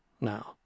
now